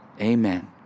Amen